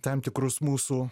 tam tikrus mūsų